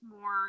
more